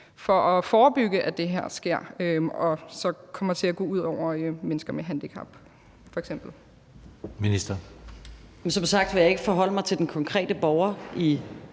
for at forebygge, at det her, som kommer til at gå ud over f.eks. mennesker med handicap,